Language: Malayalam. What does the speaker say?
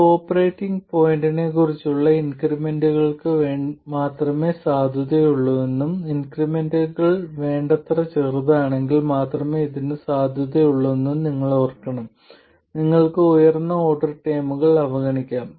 ഇത് ഓപ്പറേറ്റിംഗ് പോയിന്റിനെക്കുറിച്ചുള്ള ഇൻക്രിമെന്റുകൾക്ക് മാത്രമേ സാധുതയുള്ളൂവെന്നും ഇൻക്രിമെന്റുകൾ വേണ്ടത്ര ചെറുതാണെങ്കിൽ മാത്രമേ ഇത് സാധുതയുള്ളൂവെന്നും നിങ്ങൾ ഓർക്കണം നിങ്ങൾക്ക് ഉയർന്ന ഓർഡർ ടേമുകൾ അവഗണിക്കാം